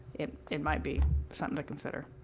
it it might be something to consider.